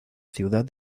ciudad